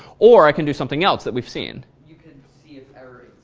or i can do something else that we've seen. you can see if error